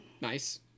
Nice